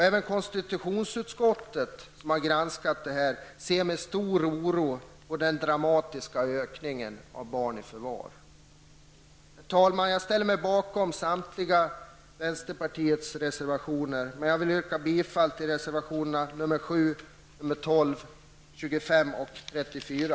Även konstitutionsutskottet, som har granskat frågan, ser med stor oro på den dramatiska ökningen av antalet barn som tas i förvar. Herr talman! Jag ställer mig bakom samtliga vänsterpartiets reservationer, men jag vill yrka bifall till reservationerna nr 7, 12, 25 och 34.